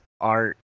art